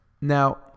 Now